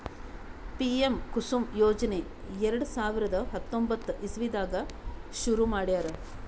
PM Kusum ಯೋಜನೆ ಎರಡ ಸಾವಿರದ್ ಹತ್ತೊಂಬತ್ತ್ ಇಸವಿದಾಗ್ ಶುರು ಮಾಡ್ಯಾರ್